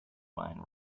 wine